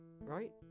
right